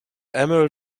emerald